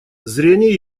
зрение